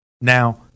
Now